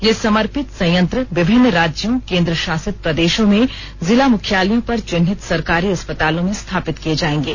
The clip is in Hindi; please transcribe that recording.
ये समर्पित संयंत्र विभिन्न राज्यों केंद्रशासित प्रदेशों में जिला मुख्यालयों पर चिन्हित सरकारी अस्पतालों में स्थापित किए जाएंगे